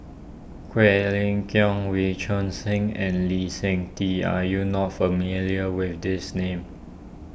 Quek Ling Kiong Wee Choon Seng and Lee Seng Tee are you not familiar with these names